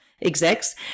execs